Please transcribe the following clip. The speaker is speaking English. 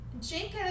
jacob